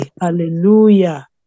Hallelujah